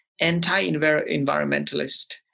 anti-environmentalist